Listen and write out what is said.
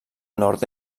nord